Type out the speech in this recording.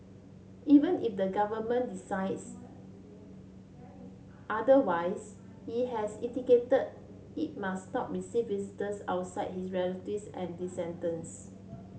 even if the government decides otherwise he has indicated it must not receive visitors outside his relatives and descendants